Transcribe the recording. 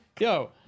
Yo